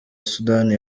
sudani